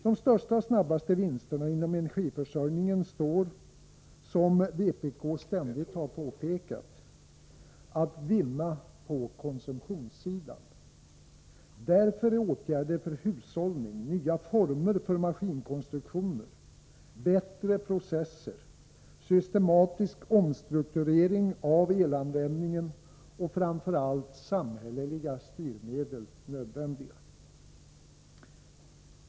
De största och snabbaste vinsterna inom energiförsörjningen står, som vpk ständigt har påpekat, att vinna på konsumtionssidan. Därför är åtgärder för hushållning, nya former för maskinkonstruktioner, bättre processer, systematisk omstrukturering av elanvändningen och framför allt samhälleliga styrmedel nödvändiga.